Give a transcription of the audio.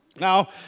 Now